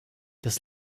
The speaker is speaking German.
das